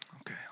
Okay